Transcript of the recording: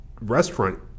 restaurant